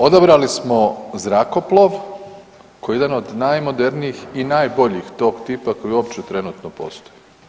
Odabrali smo zrakoplov koji je jedan od najmodernijih i najboljih tog tipa koji uopće trenutno postoji.